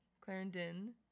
Clarendon